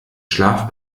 schlaf